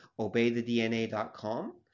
obeythedna.com